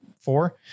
four